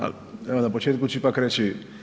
Ali evo na početku ću ipak reći.